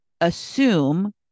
Assume